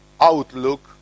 outlook